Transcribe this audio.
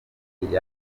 budage